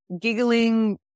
giggling